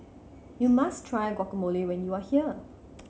you must try Guacamole when you are here